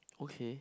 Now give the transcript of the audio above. okay